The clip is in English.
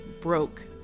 broke